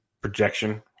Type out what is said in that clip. projection